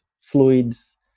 fluids